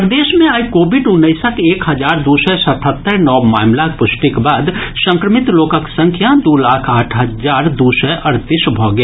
प्रदेश मे आइ कोविड उन्नैसक एक हजार दू सय सतहत्तरि नव मामिलाक पुष्टिक बाद संक्रमित लोकक संख्या दू लाख आठ हजार दू सय अड़तीस भऽ गेल